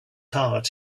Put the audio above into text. heart